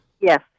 Yes